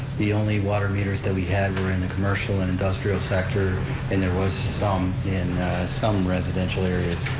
the only water meters that we had were in the commercial and industrial sector and there was some in some residential areas.